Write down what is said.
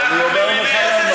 אני אומר לך למה.